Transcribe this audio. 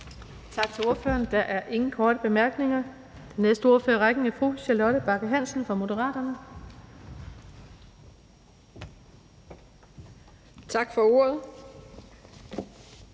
Tak til ordføreren. Der er ingen korte bemærkninger. Den næste ordfører i rækken er fru Charlotte Bagge Hansen fra Moderaterne. Kl.